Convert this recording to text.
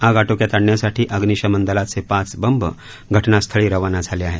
आग आटोक्यात आणण्यासाठी अग्निशमन दलाचे पाच बंब घटनास्थळी रवाना झाले आहेत